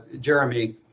Jeremy